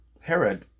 Herod